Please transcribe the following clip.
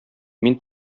мин